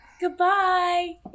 Goodbye